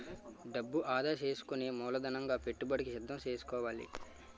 డబ్బు ఆదా సేసుకుని మూలధనంగా పెట్టుబడికి సిద్దం సేసుకోవాలి